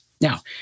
Now